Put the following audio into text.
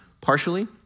partially